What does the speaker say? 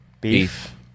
beef